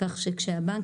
כשבעצם